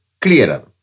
clearer